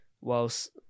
whilst